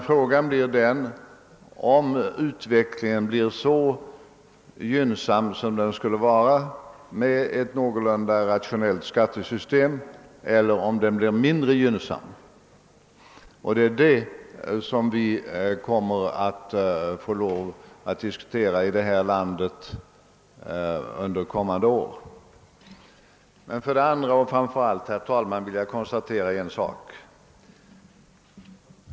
Frågan är i stället om utvecklingen blir så gynnsam som den skulle vara med ett någorlunda rationellt skattesystem eller om den blir mindre gynnsam. Det är detta man kommer att få diskutera här i lan Sedan vill jag konstatera ytterligare en sak, herr talman.